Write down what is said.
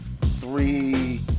three